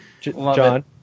John